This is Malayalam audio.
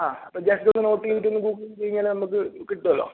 ആ അപ്പം ജസ്റ്റ് ഒന്ന് നോക്കിയിട്ടൊന്നു ഗൂഗിൾ ചെയ്യുകയാണെങ്കിൽ നമുക്ക് കിട്ടുവല്ലോ